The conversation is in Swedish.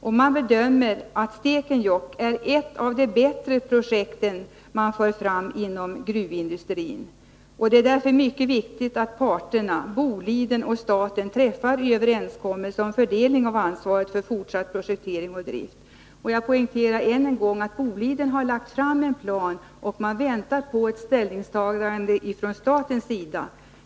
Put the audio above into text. Man gör bedömningen att Stekenjokk är ett av de bättre projekten inom gruvindustrin. Det är därför mycket viktigt att parterna, Boliden och staten, träffar en överenskommelse om fördelning av ansvaret för fortsatt projektering och drift. Jag poängterar än en gång att Boliden har lagt fram en plan och väntar på statens ställningstagande.